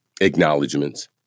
Acknowledgements